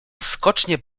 skocznie